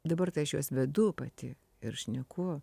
dabar tai aš juos vedu pati ir šneku